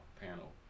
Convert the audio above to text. panel